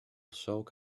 soak